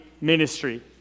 ministry